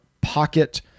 pocket